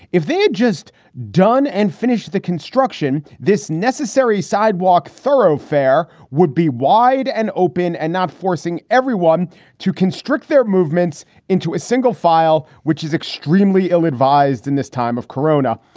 if they just done and finished the construction, this necessary sidewalk thoroughfare would be wide and open and not forcing everyone to constrict their movements into a single file, which is extremely ill advised in this time of corona,